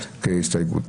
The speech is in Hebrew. כהסתייגות.